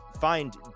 find